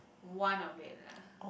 one of it lah